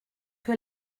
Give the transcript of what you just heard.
que